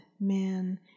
man